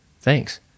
thanks